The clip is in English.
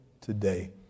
today